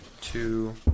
Two